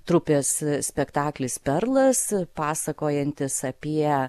trupės spektaklis perlas pasakojantis apie